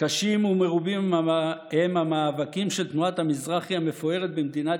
קשים ומרובים הם המאבקים של תנועת המזרחי המפוארת במדינת